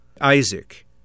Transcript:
Isaac